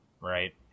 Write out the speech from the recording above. right